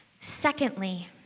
Secondly